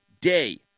day